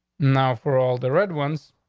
now, for all the red ones,